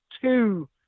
two